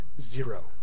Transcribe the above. zero